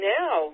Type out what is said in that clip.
now